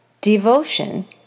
devotion